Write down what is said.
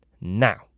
Now